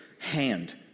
hand